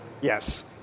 Yes